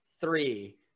three